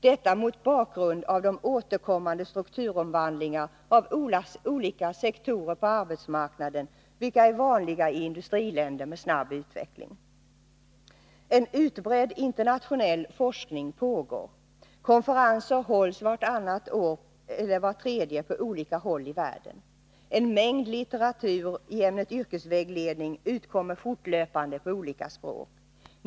Detta mot bakgrund av de återkommande strukturomvandlingar av olika sektorer av arbetsmarknaden vilka är vanliga i industriländer med snabb utveckling. En utbredd internationell forskning pågår. Konferenser hålls vartannat eller vart tredje år på olika håll i världen. En mängd litteratur i ämnet yrkesvägledning utkommer fortlöpande på olika språk.